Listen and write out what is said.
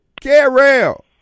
Carol